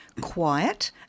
quiet